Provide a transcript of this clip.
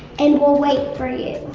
and we'll wait for you.